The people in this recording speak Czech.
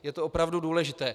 Je to opravdu důležité.